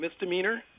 Misdemeanor